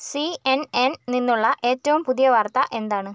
C N N നിന്നുള്ള ഏറ്റവും പുതിയ വാർത്ത എന്താണ്